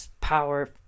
power